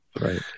Right